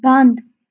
بنٛد